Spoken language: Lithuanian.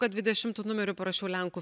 kad dvidešimtu numeriu parašiau lenkų